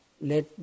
let